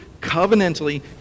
covenantally